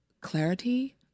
clarity